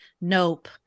nope